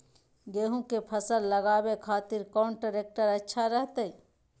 गेहूं के फसल लगावे खातिर कौन ट्रेक्टर अच्छा रहतय?